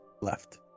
left